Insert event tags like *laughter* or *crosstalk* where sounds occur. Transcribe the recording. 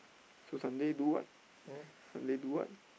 so Sunday do what *noise* Sunday do what